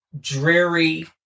dreary